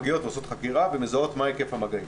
הן מגיעות, עושות חקירה ומזהות מה היקף המגעים.